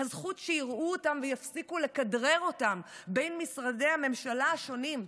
הזכות שיראו אותם ויפסיקו לכדרר אותם בין משרדי הממשלה השונים.